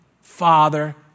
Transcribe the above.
Father